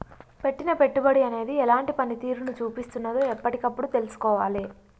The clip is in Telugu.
పెట్టిన పెట్టుబడి అనేది ఎలాంటి పనితీరును చూపిస్తున్నదో ఎప్పటికప్పుడు తెల్సుకోవాలే